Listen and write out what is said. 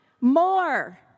more